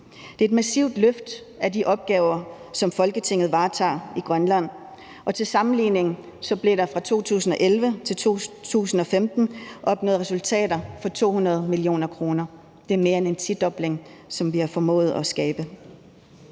Det er et massivt løft af de opgaver, som Folketinget varetager i Grønland, og til sammenligning blev der i 2011-2015 opnået resultater for 200 mio. kr. – det er mere end en tidobling, som vi har formået at skabe.